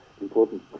important